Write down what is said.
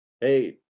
hey